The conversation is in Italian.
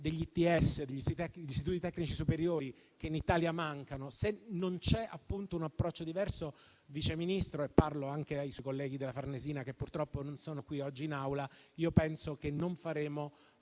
formazione degli istituti tecnici superiori, che in Italia mancano, se non c'è un approccio diverso, signor Vice Ministro (e parlo anche ai suoi colleghi della Farnesina, che purtroppo oggi non sono qui in Aula), penso che non faremo